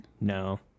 No